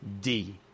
D-